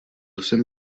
jsem